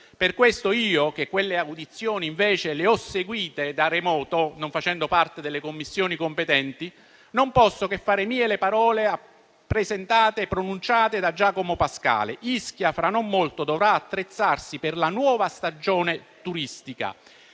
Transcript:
Per questo io, che quelle audizioni le ho seguite da remoto, non facendo parte delle Commissioni competenti, non posso che fare mie le parole pronunciate da Giacomo Pascale: Ischia, fra non molto, dovrà attrezzarsi per la nuova stagione turistica